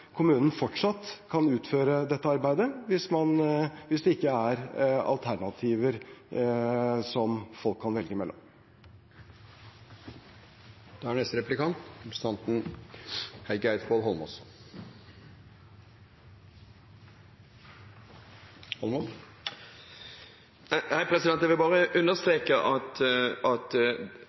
kommunen fortsatt kan utføre dette arbeidet, hvis det ikke er alternativer som folk kan velge mellom. Jeg vil bare understreke – så det ikke er